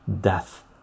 death